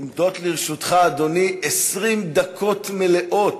עומדות לרשותך, אדוני, 20 דקות מלאות.